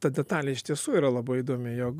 ta detalė iš tiesų yra labai įdomi jog